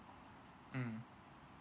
mm